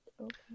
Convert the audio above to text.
okay